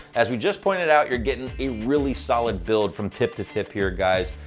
as we just pointed out, you're getting a really solid build from tip to tip here, guys,